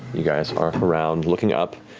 you guys arc around, looking up.